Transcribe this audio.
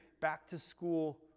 back-to-school